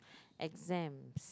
exams